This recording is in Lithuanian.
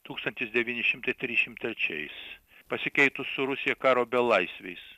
tūkstantis devyni šimtai trisdešim trečiais pasikeitus su rusija karo belaisviais